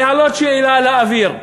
להעלות שאלה לאוויר.